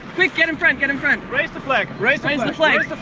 quick, get in front, get in front! raise the flag, raise raise the flag!